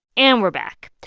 and we're back.